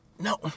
No